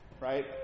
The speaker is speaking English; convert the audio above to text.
right